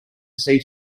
sea